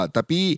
Tapi